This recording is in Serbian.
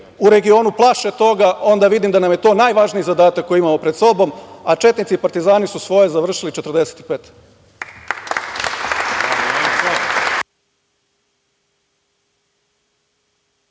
u regionu plaše toga, onda vidim da nam je to najvažniji zadatak koji imamo pred sobom, a četnici i partizani su završili